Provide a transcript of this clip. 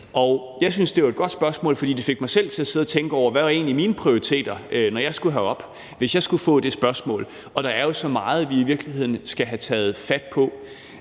Jeg syntes, det var et godt spørgsmål, for det fik mig selv til at sidde og tænke over, hvad mine prioriteter egentlig var, hvis jeg skulle få det spørgsmål, når jeg kom herop. Der er jo så meget, vi i virkeligheden skal have taget fat på,